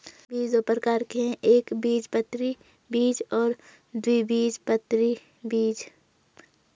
बीज के दो प्रकार है एकबीजपत्री बीज और द्विबीजपत्री बीज